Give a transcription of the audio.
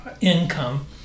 income